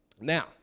Now